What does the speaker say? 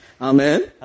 Amen